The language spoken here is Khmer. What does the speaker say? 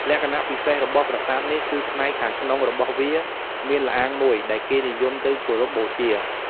លក្ខណៈពិសេសរបស់ប្រាសាទនេះ គឺផ្នែកខាងក្នុងរបស់វាមានល្អាងមួយដែលគេនិយមទៅគោរពបូជា។